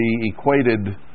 equated